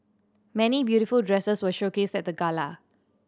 many beautiful dresses were showcased at the gala